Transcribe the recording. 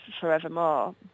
forevermore